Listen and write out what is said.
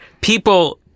People